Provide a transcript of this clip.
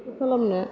माथो खालामनो